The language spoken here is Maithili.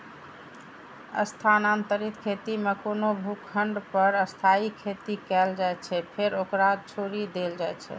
स्थानांतरित खेती मे कोनो भूखंड पर अस्थायी खेती कैल जाइ छै, फेर ओकरा छोड़ि देल जाइ छै